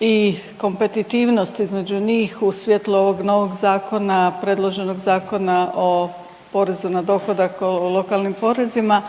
i kompetitivnost između njih u svjetlu ovog novog zakona predloženog Zakona o porezu na dohodak, o lokalnim porezima.